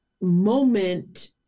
moment